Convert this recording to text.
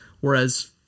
Whereas